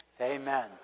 amen